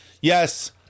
Yes